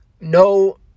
no